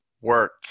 work